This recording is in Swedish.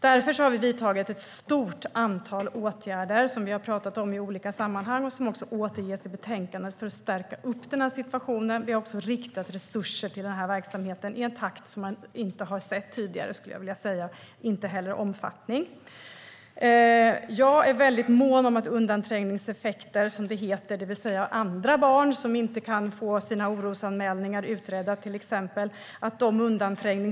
Därför har vi vidtagit ett stort antal åtgärder, som vi har pratat om i olika sammanhang och som också återges i betänkandet, för att förbättra situationen. Vi har också riktat resurser till den här verksamheten i en takt och omfattning som man inte har sett tidigare, skulle jag vilja säga. Jag är väldigt mån om att det inte ska förekomma undanträngningseffekter, det vill säga att andra barn till exempel inte kan få sina orosanmälningar utredda.